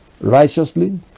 righteously